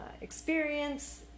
experience